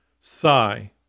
Sigh